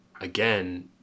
again